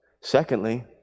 Secondly